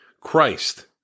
Christ